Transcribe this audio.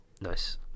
Nice